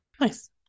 Nice